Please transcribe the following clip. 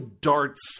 darts